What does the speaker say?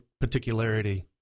particularity